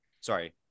sorry